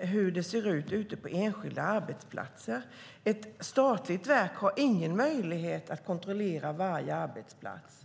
hur det ser ut på enskilda arbetsplatser. Ett statligt verk har ingen möjlighet att kontrollera varje arbetsplats.